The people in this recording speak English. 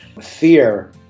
fear